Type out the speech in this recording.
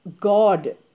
God